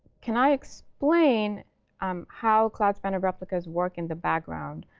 can i explain um how cloud spanner replicas work in the background?